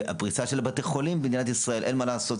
והפריסה של בתי החולים במדינת ישראל אין מה לעשות,